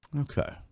Okay